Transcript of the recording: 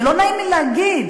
ולא נעים לי להגיד,